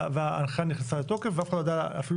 וההנחיה נכנסה לתוקף ואף אחד לא ידע אפילו